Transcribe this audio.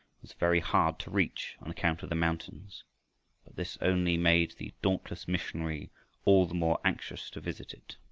was very hard to reach on account of the mountains but this only made the dauntless missionary all the more anxious to visit it.